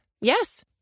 Yes